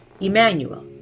Emmanuel